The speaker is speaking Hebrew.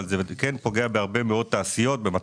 אבל זה פוגע בהרבה מאוד תעשיות במתכת,